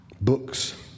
Books